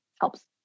helps